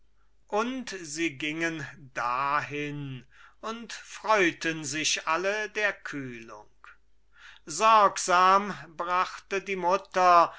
und sie gingen dahin und freuten sich alle der kühlung sorgsam brachte die mutter